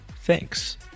Thanks